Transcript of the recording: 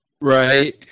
Right